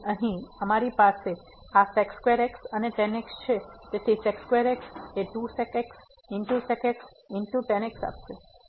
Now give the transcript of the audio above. તેથી અહીં અમારી પાસે આ x and tan x છે તેથી x એ 2 sec x sec x tan x આપશે